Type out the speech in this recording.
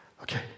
okay